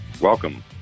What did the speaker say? welcome